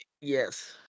Yes